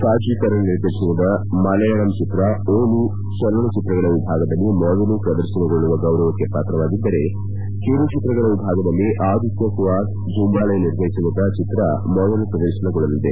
ಸಾಜಿ ಕರುಣ್ ನಿರ್ದೇತನದ ಮಲೆಯಾಳಂ ಚಿತ್ರ ಓಲು ಚಲನಚಿತ್ರಗಳ ವಿಭಾಗದಲ್ಲಿ ಮೊದಲು ಪ್ರದರ್ತನಗೊಳ್ಳುವ ಗೌರವಕ್ಕೆ ಪಾತ್ರವಾಗಿದ್ದರೆ ಕಿರು ಚಿತ್ರಗಳ ವಿಭಾಗದಲ್ಲಿ ಆದಿತ್ತ ಸುಹಾಸ್ ಜಂಬಾಲೆ ನಿರ್ದೇತನದ ಚಿತ್ರ ಮೊದಲು ಪ್ರದರ್ತನಗೊಳ್ಳಲಿದೆ